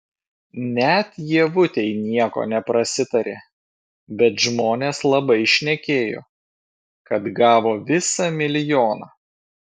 net ievutei nieko neprasitarė bet žmonės labai šnekėjo kad gavo visą milijoną